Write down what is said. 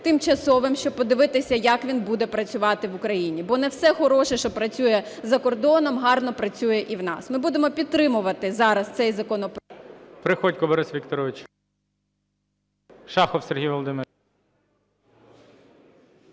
тимчасовим, щоб подивитися, як він буде працювати в Україні. Бо не все хороше, що працює за кордоном, гарно працює і в нас. Ми будемо підтримувати зараз цей законопроект...